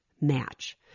match